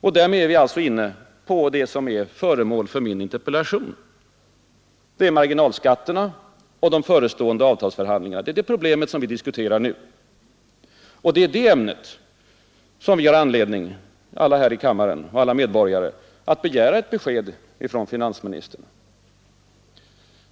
Och därmed är vi alltså inne på det som är föremål för min interpellation: marginalskatterna och de förestående avtalsförhandlingarna, Det är det problemet som vi diskuterar nu, och det är i det ämnet som vi — alla här i kammaren och alla medborgare — har anledning att begära ett besked från finansministern.